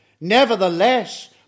nevertheless